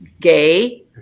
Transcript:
gay